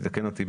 תקן אותי,